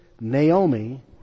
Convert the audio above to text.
Naomi